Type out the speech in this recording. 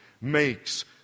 makes